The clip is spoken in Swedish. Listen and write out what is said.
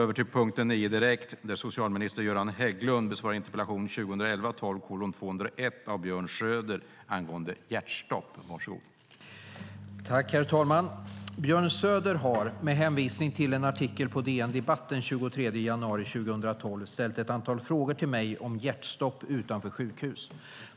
Herr talman! Björn Söder har, med hänvisning till en artikel på DN Debatt den 23 januari 2012, ställt ett antal frågor till mig om hjärtstopp utanför sjukhus.